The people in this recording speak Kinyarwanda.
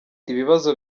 ibibazo